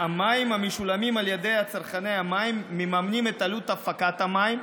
המים המשולמים על ידי צרכני המים מממנים את עלות הפקת המים,